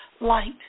light